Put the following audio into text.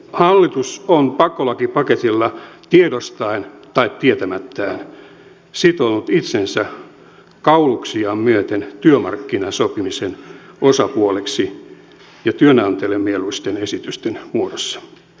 hallitus on pakkolakipaketilla tiedostaen tai tietämättään sitonut itsensä kauluksiaan myöten työmarkkinasopimisen osapuoleksi ja työnantajille mieluisten esitysten muodossa